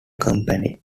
company